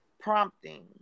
prompting